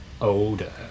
older